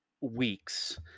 weeks